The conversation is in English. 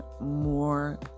more